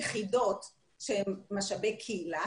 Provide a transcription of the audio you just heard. יחידות שהן משאבי קהילה,